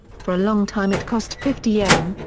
for a long time it cost fifty yen,